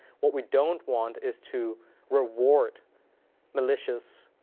what we don't want is to reward malicious